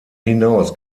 hinaus